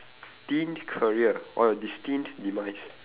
~tined career or destined demise